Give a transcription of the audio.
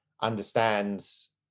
understands